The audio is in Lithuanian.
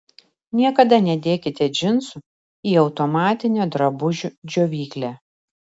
niekada nedėkite džinsų į automatinę drabužių džiovyklę